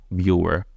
viewer